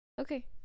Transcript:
Okay